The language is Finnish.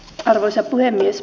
arvoisa puhemies